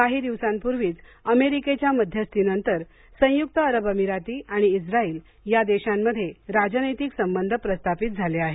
काही दिवसांपूर्वीच अमेरिकेच्या मध्यस्थीनंतर संयुक्त अरब अमिराती आणि इस्राइल या देशांमध्ये राजनैतिक संबंध प्रस्थापित झाले आहेत